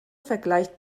vergleicht